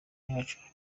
yacu